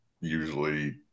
usually